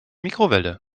mikrowelle